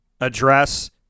Address